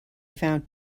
found